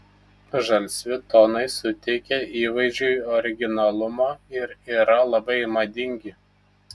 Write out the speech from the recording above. žalsvi tonai suteikia įvaizdžiui originalumo ir yra labai madingi